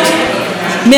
מעבירות על החוק.